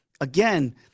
again